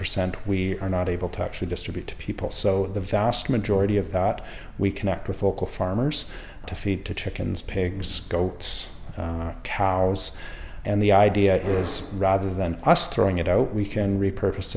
percent we are not able to actually distribute to people so the vast majority of that we connect with local farmers to feed to chickens pigs go it's cowards and the idea is rather than us throwing it out we can repurpose